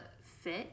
fit